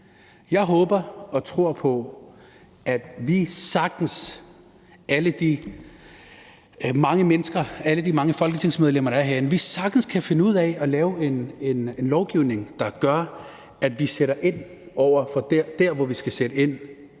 Jeg håber og tror, at vi – alle de mange folketingsmedlemmer, der er herinde – sagtens kan finde ud af at lave en lovgivning, der gør, at vi sætter ind dér, hvor vi skal sætte ind;